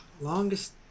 Longest